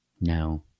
No